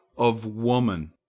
of woman